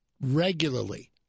regularly